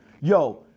Yo